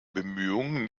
bemühungen